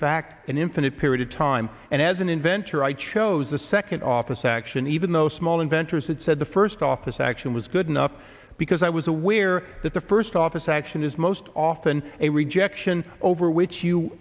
fact an infinite period of time and as an inventor i chose the second office action even though small inventors said the first office action was good enough because i was aware that the first office action is most often a rejection over which you